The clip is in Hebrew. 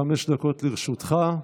חמש דקות לרשותך.